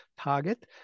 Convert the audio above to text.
target